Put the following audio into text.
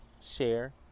share